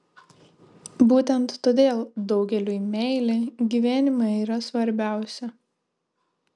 būtent todėl daugeliui meilė gyvenime yra svarbiausia